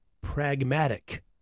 pragmatic